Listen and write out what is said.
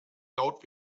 laut